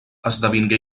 esdevingué